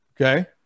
Okay